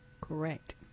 Correct